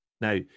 Now